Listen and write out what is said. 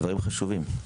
דברים חשובים.